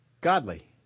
godly